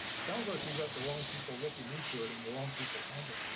sounds like we've got the wrong people looking into it and the wrong people handling.